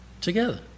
together